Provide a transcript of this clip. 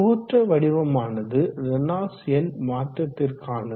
தோற்ற வடிவமானது ரேனால்ட்ஸ் எண் மாற்றதிற்கானது